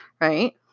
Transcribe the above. right